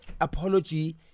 apology